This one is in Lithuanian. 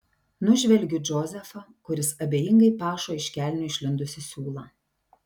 nužvelgiu džozefą kuris abejingai pašo iš kelnių išlindusį siūlą